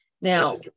Now